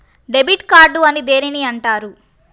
Debit card అని దేనిని అంటారు?